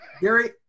Gary